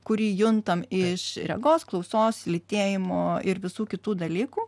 kurį juntam iš regos klausos lytėjimo ir visų kitų dalykų